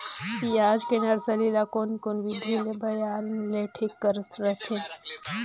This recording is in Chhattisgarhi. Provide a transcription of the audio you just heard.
पियाज के नर्सरी ला कोन कोन विधि ले बनाय ले ठीक रथे?